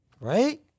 right